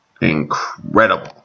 incredible